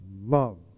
love